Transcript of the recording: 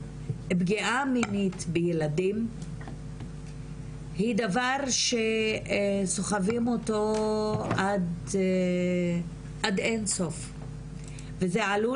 פגיעה מינית בילדים היא דבר שסוחבים אותו עד אינסוף וזה עלול